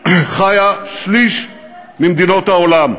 חיה שליש מאוכלוסיית העולם.